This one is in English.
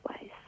ways